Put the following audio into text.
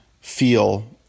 feel